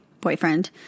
boyfriend